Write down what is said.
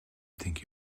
think